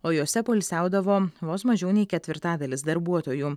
o jose poilsiaudavo vos mažiau nei ketvirtadalis darbuotojų